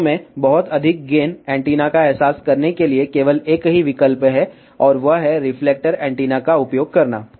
वास्तव में बहुत अधिक गेन एंटीना का एहसास करने के लिए केवल एक ही विकल्प है और वह है रिफ्लेक्टर एंटीना का उपयोग करना